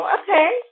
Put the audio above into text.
okay